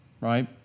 right